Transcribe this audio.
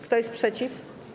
Kto jest przeciw?